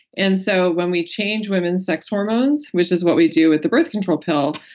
and so when we change women's sex hormones which is what we do with the birth control pill,